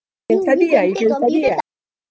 can study ah you can study ah